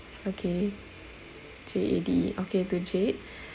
okay J AD E okay to jade